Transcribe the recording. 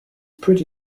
pretty